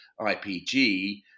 IPG